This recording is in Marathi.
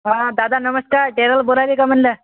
हा दादा नमस्कार टेलर बोलायले का म्हटलं